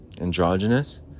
Androgynous